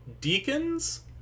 deacons